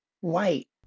white